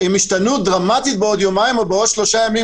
הם ישתנו דרמטית בעוד יומיים או בעוד שלושה ימים,